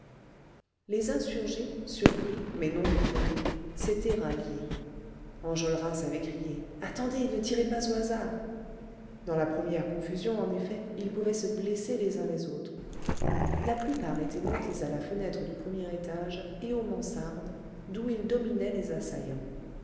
les insurgés surpris mais non effrayés s'étaient ralliés enjolras avait crié attendez ne tirez pas au hasard dans la première confusion en effet ils pouvaient se blesser les uns les autres la plupart étaient montés à la fenêtre du premier étage et aux mansardes d'où ils dominaient les assaillants